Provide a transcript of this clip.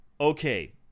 okay